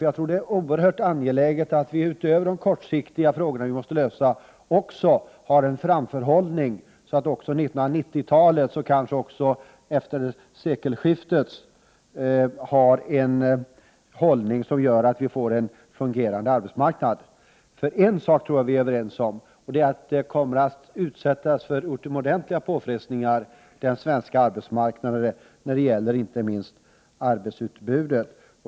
Jag tror nämligen att det är mycket angeläget att vi utöver lösningen på de kortsiktiga problemen också har en framförhållning, så att vi för 1990-talet och kanske även för tiden närmast efter sekelskiftet har en uppläggning som gör att vi får en fungerande arbetsmarknad. En sak tror jag nämligen att vi är överens om, och det är att den svenska arbetsmarknaden kommer att utsättas för utomordentliga påfrestningar inte minst när det gäller arbetsutbudet.